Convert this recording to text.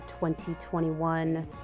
2021